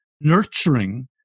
nurturing